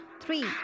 three